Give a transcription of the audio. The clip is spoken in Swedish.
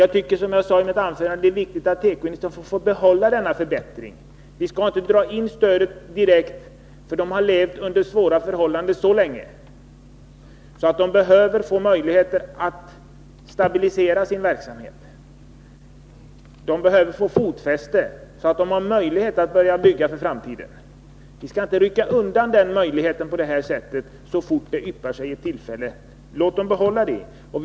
Jag tycker, som jag sade i mitt anförande, att det är viktigt att tekoindustrin får behålla denna förbättring. Vi skall inte dra in stödet direkt, eftersom tekoindustrin levt under svåra förhållanden så länge, att den behöver få möjligheter att stabilisera sin verksamhet. Den behöver få fotfäste, så att den får möjlighet att börja bygga för framtiden. Vi skall inte rycka undan den möjligheten på det här sättet så fort det yppar sig ett tillfälle. Låt tekoindustrin behålla denna möjlighet!